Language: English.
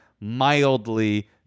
mildly